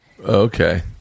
Okay